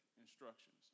instructions